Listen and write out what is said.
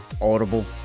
audible